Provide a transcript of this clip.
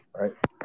right